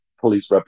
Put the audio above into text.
police